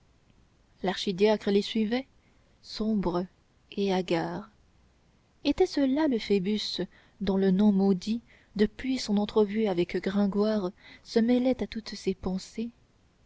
l'archidiacre les suivait sombre et hagard était-ce là le phoebus dont le nom maudit depuis son entrevue avec gringoire se mêlait à toutes ses pensées